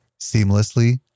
seamlessly